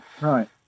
right